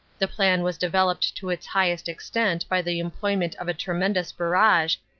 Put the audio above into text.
the plan was deve oped to its highest extent by the employment of a tremendous barrage,